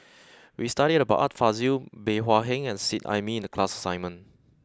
we studied about Art Fazil Bey Hua Heng and Seet Ai Mee in the class assignment